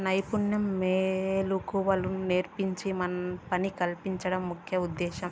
నైపుణ్య మెళకువలు నేర్పించి పని కల్పించడం ముఖ్య ఉద్దేశ్యం